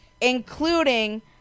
including